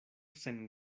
sen